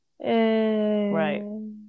Right